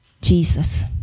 Jesus